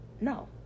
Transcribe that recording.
No